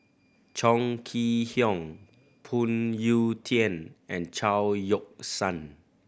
Chong Kee Hiong Phoon Yew Tien and Chao Yoke San